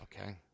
okay